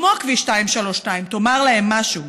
כמו כביש 232. תאמר להם משהו.